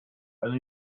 only